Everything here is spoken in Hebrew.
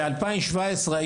שבשנת 2017,